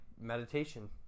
meditation